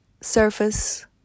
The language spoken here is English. surface